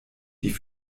die